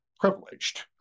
Privileged